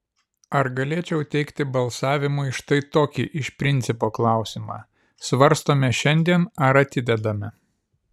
ar galėčiau teikti balsavimui štai tokį iš principo klausimą svarstome šiandien ar atidedame